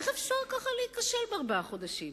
איך אפשר ככה להיכשל בארבעה חודשים?